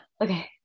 okay